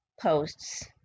posts